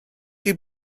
chi